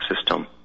system